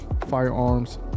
firearms